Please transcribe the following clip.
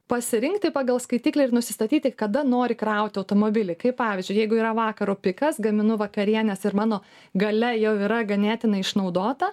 pasirinkti pagal skaitiklį ir nusistatyti kada nori krauti automobilį kaip pavyzdžiui jeigu yra vakaro pikas gaminu vakarienes ir mano galia jau yra ganėtinai išnaudota